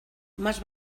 más